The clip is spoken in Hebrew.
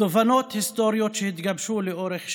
ומתובנות היסטוריות שהתגבשו לאורך שנים.